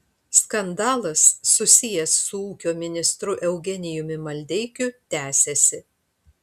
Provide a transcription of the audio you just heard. skandalas susijęs su ūkio ministru eugenijumi maldeikiu tęsiasi